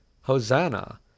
Hosanna